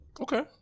Okay